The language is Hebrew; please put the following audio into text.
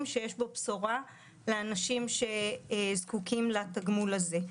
שיש בו בשורה לאנשים שזקוקים לתגמול הזה.